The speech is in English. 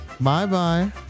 Bye-bye